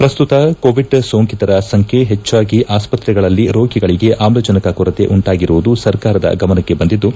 ಪ್ರಸ್ತತ covid ಸೋಂಕಿತರ ಸಂಜ್ಞೆ ಹೆಚ್ಚಾಗಿ ಆಸ್ತತ್ರೆಗಳಲ್ಲಿ ರೋಗಿಗಳಿಗೆ ಆಮ್ಲಜನಕ ಕೊರತೆ ಉಂಟಾಗಿರುವುದು ಸರ್ಕಾರದ ಗಮನಕ್ಕೆ ಬಂದಿದ್ದು